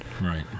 Right